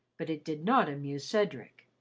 but it did not amuse cedric.